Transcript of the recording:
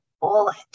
bullet